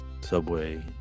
subway